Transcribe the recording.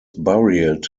buried